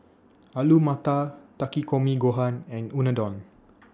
Alu Matar Takikomi Gohan and Unadon